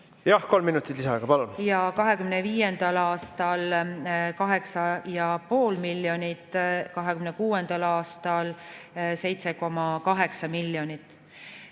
Jah, kolm minutit lisaaega, palun! ... 2025. aastal 8,5 miljonit ja 2026. aastal 7,8 miljonit.